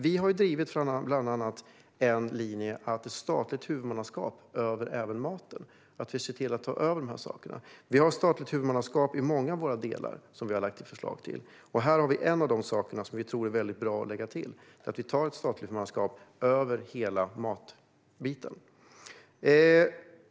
Vi har drivit linjen att ha ett statligt huvudmannaskap även över maten. Vi har lagt fram förslag på statligt huvudmannaskap över många delar. Det här är en av de saker som vi tror är bra att lägga till, nämligen att ha ett statligt huvudmannaskap över hela matbiten.